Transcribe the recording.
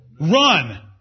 Run